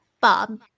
Bob